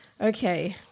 Okay